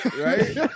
Right